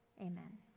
Amen